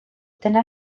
dyna